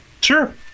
Sure